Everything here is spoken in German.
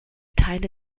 teile